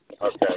Okay